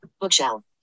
Bookshelf